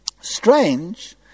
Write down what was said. Strange